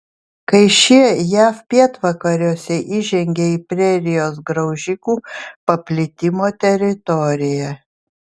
kai šie jav pietvakariuose įžengė į prerijos graužikų paplitimo teritoriją